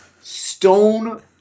stone